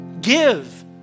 Give